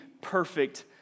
perfect